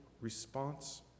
response